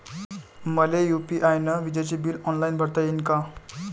मले यू.पी.आय न विजेचे बिल ऑनलाईन भरता येईन का?